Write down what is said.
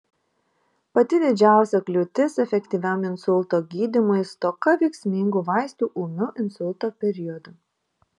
pati didžiausia kliūtis efektyviam insulto gydymui stoka veiksmingų vaistų ūmiu insulto periodu